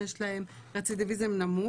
יש להם רצידיביזם נמוך.